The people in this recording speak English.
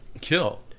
kill